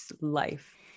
life